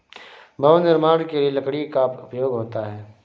भवन निर्माण के लिए लकड़ी का उपयोग होता है